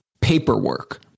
paperwork